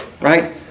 Right